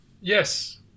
yes